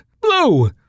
Blue